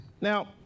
Now